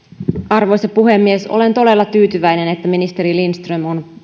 arvoisa puhemies olen todella tyytyväinen että ministeri lindström on